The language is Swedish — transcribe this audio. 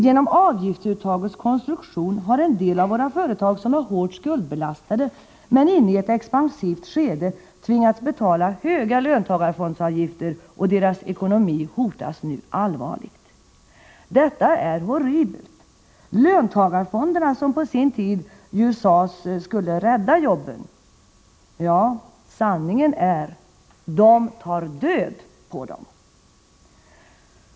Genom avgiftsuttagets konstruktion har en del av våra företag, som är hårt skuldbelastade men inne i ett expansivt skede, tvingats betala höga löntagarfondsavgifter, och deras ekonomi hotas nu allvarligt. Detta är horribelt. Om löntagarfonderna sades det på sin tid att de skulle rädda jobben. Sanningen är: de tar död på dem!